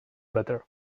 better